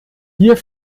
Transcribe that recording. hier